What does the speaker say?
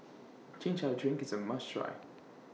Chin Chow Drink IS A must Try